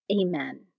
Amen